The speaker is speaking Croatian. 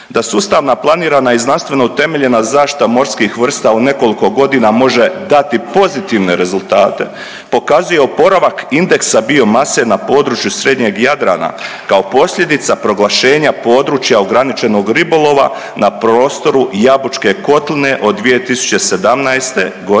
Da sustavno planirana i znanstveno utemeljena zaštita morskih vrsta u nekoliko godina može dati pozitivne rezultate pokazuje oporavak indeksa biomase na području srednjeg Jadrana kao posljedica proglašenja područja ograničenog ribolova na prostoru Jabučke kotline od 2017. godine,